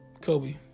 Kobe